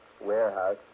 warehouse